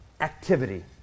activity